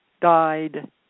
died